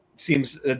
seems